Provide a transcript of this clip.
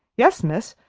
yes, miss,